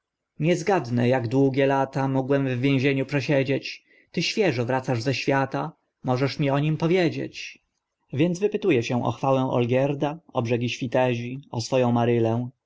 zgadnę ak długie lata mogłem w więzieniu przesiedzieć ty świeżo wracasz ze świata możesz mi o nim powiedzieć więc wypytu e się o chwałę olgierda o brzegi świtezi o swo